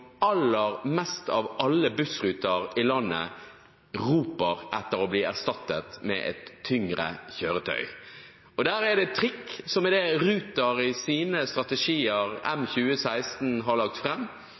aller mest, av alle bussruter i landet, roper etter å bli erstattet med et tyngre kjøretøy. Der er det trikk, som er det Ruter i